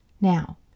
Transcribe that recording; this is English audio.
Now